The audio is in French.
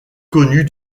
connue